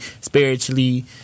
Spiritually